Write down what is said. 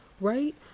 right